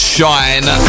Shine